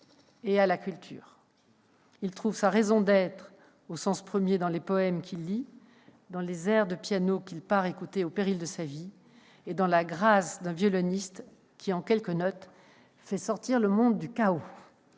et à la culture. Il trouve « sa raison d'être », au sens premier, dans les poèmes qu'il lit, dans les airs de piano qu'il part écouter au péril de sa vie et dans la grâce d'un violoniste qui, en quelques notes, fait « sortir le monde du chaos